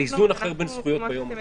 זה איזון אחר בין זכויות ביום הבחירות.